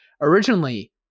originally